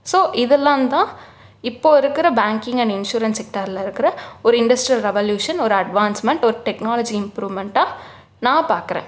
so இதெல்லாம் தான் இப்போ இருக்கிற பேங்கிங் அண்ட் இன்ஷுரன்ஸ் செக்டார்ல இருக்கிற ஒரு இண்டஸ்ட்ரியல் ரெவல்யூஷன் ஒரு அட்வான்ஸ்மெண்ட் ஒரு டெக்னாலஜி இம்ப்ரூவ்மெண்டாக நான் பார்க்கறேன்